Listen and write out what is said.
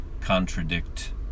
contradict